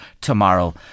tomorrow